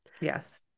yes